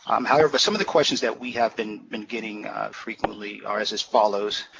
um however, but some of the questions that we have been been getting frequently are as as follows.